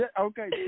Okay